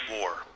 War